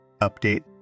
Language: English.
update